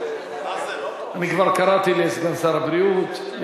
אני כבר קראתי לסגן שר הבריאות,